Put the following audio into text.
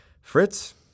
Fritz